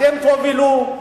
אתם תובילו.